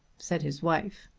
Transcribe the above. said his wife.